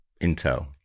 intel